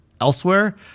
elsewhere